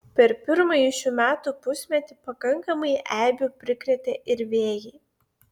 per pirmąjį šių metų pusmetį pakankamai eibių prikrėtė ir vėjai